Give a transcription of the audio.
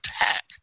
attack